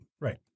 Right